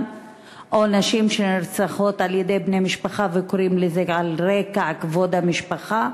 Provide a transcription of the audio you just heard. או נשים שנרצחות על-ידי בני משפחה וקוראים לזה "על רקע כבוד המשפחה",